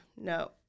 no